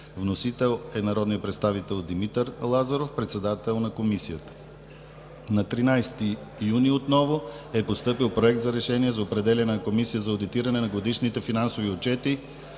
Вносител е народният представител Димитър Лазаров, председател на Комисията. На 13 юни 2017 г. е постъпил Проект за решение за определяне на Комисия за одитиране на годишните финансови отчети